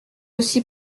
aussi